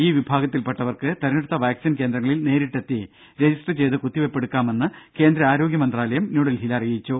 ഈ വിഭാഗത്തിൽപ്പെട്ടവർക്ക് തെരഞ്ഞെടുത്ത വാക്സിൻ കേന്ദ്രങ്ങളിൽ നേരിട്ടെത്തി രജിസ്റ്റർ ചെയ്ത് കുത്തിവെപ്പ് എടുക്കാമെന്ന് കേന്ദ്ര ആരോഗ്യമന്ത്രാലയം ന്യൂഡൽഹിയിൽ അറിയിച്ചു